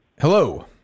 Hello